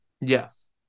Yes